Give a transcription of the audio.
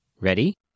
Ready